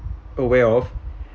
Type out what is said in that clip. aware of